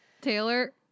Taylor